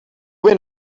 went